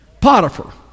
Potiphar